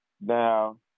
Now